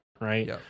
right